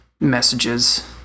messages